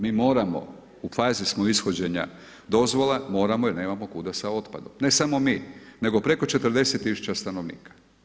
Mi moramo u fazi smo ishođenja dozvola, moramo jer nemamo kuda sa otpadom, ne samo mi nego preko 40 tisuća stanovnika.